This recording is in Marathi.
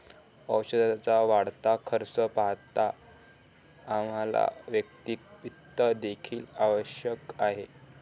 औषधाचा वाढता खर्च पाहता आम्हाला वैयक्तिक वित्त देखील आवश्यक आहे